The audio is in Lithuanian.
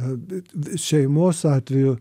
abi šeimos atveju